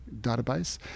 database